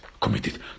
committed